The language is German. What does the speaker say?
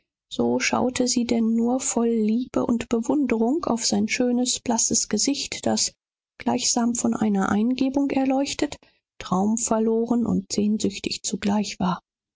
so schaute sie denn nur voll liebe und bewunderung auf sein schönes blasses gesicht das gleichsam von einer eingebung erleuchtet traumverloren und sehnsüchtig zugleich war